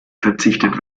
verzichtet